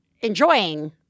enjoying